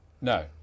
No